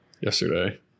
yesterday